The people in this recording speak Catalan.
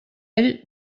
ell